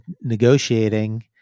negotiating